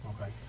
Okay